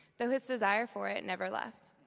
though his desire for it never left.